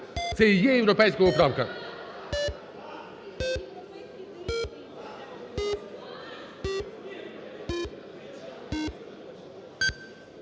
Це і є європейська поправка.